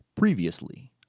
Previously